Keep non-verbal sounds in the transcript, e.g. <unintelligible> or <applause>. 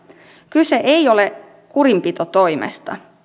kyse ei ole kurinpitotoimesta <unintelligible>